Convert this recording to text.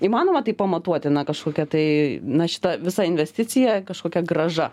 įmanoma tai pamatuoti na kažkokia tai na šita visa investicija kažkokia grąža